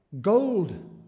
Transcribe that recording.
gold